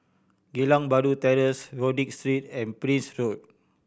Geylang Bahru Terrace Rodyk Street and Prince Road